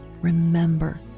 remember